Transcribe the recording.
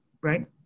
right